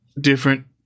different